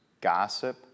gossip